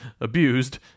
abused